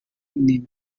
nini